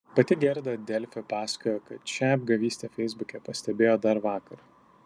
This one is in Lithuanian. pati gerda delfi pasakojo kad šią apgavystę feisbuke pastebėjo dar vakar